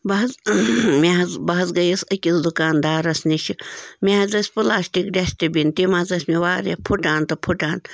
بہٕ حظ مےٚ حظ بہٕ حظ گٔیس أکٕس دُکاندارس نِش مےٚ حظ ٲسۍ پِلاشٹک ڈشٹہٕ بِن تِم حظ ٲسۍ مےٚ وارِیاہ پھٕٹان تہٕ پھٕٹان